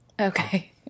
Okay